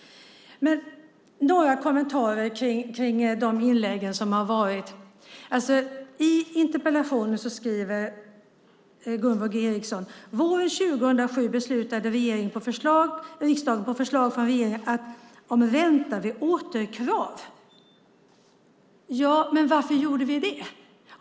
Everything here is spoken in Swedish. Jag har några kommentarer till de inlägg som har gjorts. I interpellationen skriver Gunvor G Ericson: "Våren 2007 beslutade riksdagen på förslag från regeringen om ränta vid återkrav." Ja, men varför gjorde vi det?